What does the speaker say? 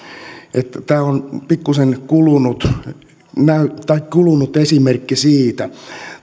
että tämä on pikkuisen kulunut esimerkki siitä